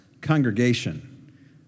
congregation